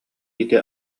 ити